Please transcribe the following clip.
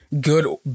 good